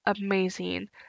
amazing